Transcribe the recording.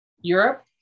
Europe